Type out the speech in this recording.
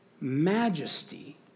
majesty